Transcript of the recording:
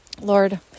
Lord